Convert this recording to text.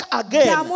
again